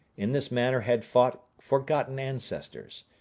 in this manner had fought forgotten ancestors.